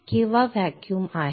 किंवा व्हॅक्यूम आहे